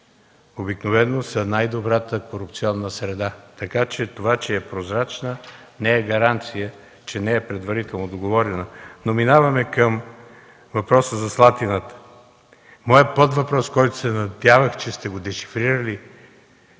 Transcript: обикновено са най-добрата корупционна среда. Така че това, че е прозрачна, не е гаранция, че не е предварително договорена. Минаваме към въпроса за „Слатина”. Моят подвъпрос, който се надявах, че сте дешифрирали,